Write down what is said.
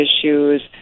issues